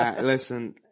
Listen